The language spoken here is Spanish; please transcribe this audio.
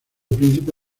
príncipe